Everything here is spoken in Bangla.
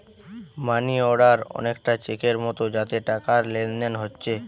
মানি অর্ডার অনেকটা চেকের মতো যাতে টাকার লেনদেন হোচ্ছে